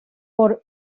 por